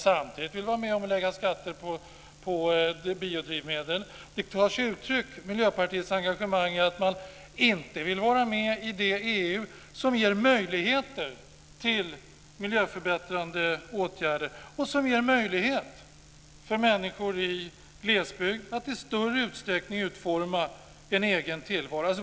Samtidigt vill man lägga skatter på biodrivmedel. Miljöpartiets engagemang tar sig uttryck i att man inte vill vara med i det EU som ger möjligheter till miljöförbättrande åtgärder och som ger möjlighet för människor i glesbygd att i större utsträckning utforma en egen tillvaro.